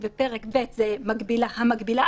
הייתה אפשרות שאגב מקובלת בעולם כדבר